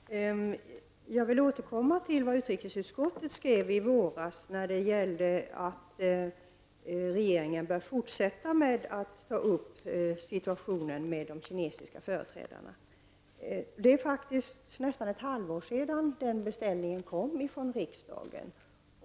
Herr talman! Jag vill återkomma till vad utrikesutskottet skrev i våras när det gällde att regeringen bör fortsätta med att ta upp denna situation med de kinesiska företrädarna. Det är faktiskt nästan ett halvår sedan den beställningen kom från riksdagen.